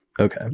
Okay